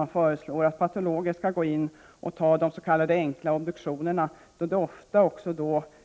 Nu föreslås att patologer skall gå in och ta de s.k. enkla obduktionerna. Men ofta